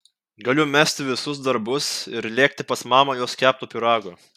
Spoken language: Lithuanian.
galiu mesti visus darbus ir lėkti pas mamą jos kepto pyrago